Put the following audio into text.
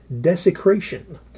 desecration